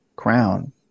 crown